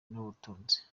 n’ubutunzi